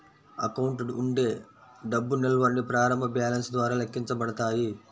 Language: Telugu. అకౌంట్ ఉండే డబ్బు నిల్వల్ని ప్రారంభ బ్యాలెన్స్ ద్వారా లెక్కించబడతాయి